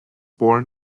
born